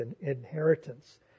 inheritance